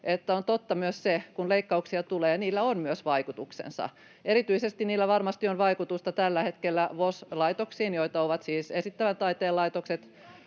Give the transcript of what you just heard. On totta myös se, että kun leikkauksia tulee, niillä on myös vaikutuksensa. Erityisesti niillä varmasti on vaikutusta tällä hetkellä VOS-laitoksiin, joita ovat siis esittävän taiteen laitokset,